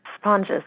sponges